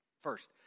First